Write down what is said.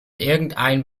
irgendein